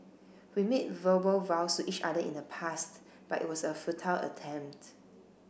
we made verbal vows to each other in the past but it was a futile attempt